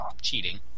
cheating